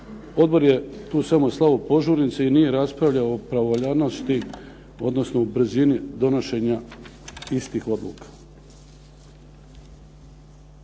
Odbor je tu samo slao požurnice i nije raspravljao o pravovaljanosti odnosno o brzini donošenja istih odluka.